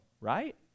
right